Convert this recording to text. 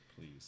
Please